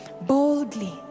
boldly